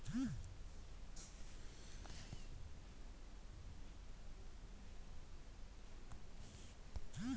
ಜೇನುಸಾಕಣೆದಾರರನ್ನು ಸೈಡ್ಲೈನ್ ಜೇನುಸಾಕಣೆದಾರರು ಹಾಗೂ ವಾಣಿಜ್ಯ ಜೇನುಸಾಕಣೆದಾರರೆಂದು ವರ್ಗೀಕರಿಸಿದ್ದಾರೆ